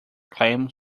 clan